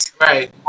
right